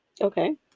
Okay